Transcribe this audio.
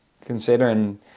considering